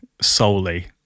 solely